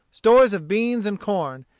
stores of beans and corn,